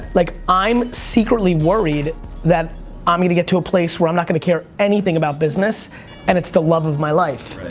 like i'm secretly worried that i'm gonna get to a place where i'm not gonna care anything about business and it's the love of my life.